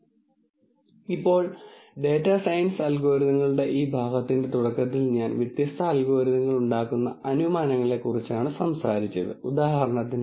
ഇത് വളരെ ഗുരുതരമല്ലെങ്കിൽ ഈ പമ്പ് കുറച്ച് സമയത്തിനുള്ളിൽ അറ്റകുറ്റപ്പണികൾക്കായി വരുമെന്നും പ്ലാന്റിന്റെ അടുത്ത ഷട്ട്ഡൌൺ സമയത്ത് ഈ പമ്പ് പരിപാലിക്കേണ്ടതുണ്ടെന്നും മെയിന്റനൻസ് വിഭാഗത്തെ അറിയിക്കുക